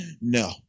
no